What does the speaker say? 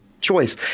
choice